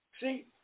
See